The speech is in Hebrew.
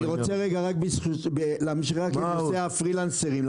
אני רוצה להמשיך עם נושא הפרילנסרים.